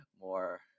more